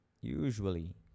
usually